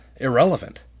irrelevant